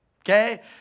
Okay